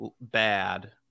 bad